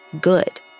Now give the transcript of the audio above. good